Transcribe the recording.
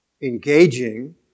engaging